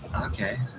Okay